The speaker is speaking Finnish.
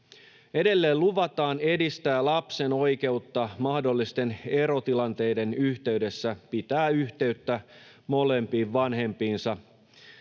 siellä luvataan edistää lapsen oikeutta mahdollisten erotilanteiden yhteydessä pitää yhteyttä molempiin vanhempiinsa